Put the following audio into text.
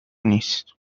نیست